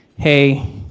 hey